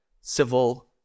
civil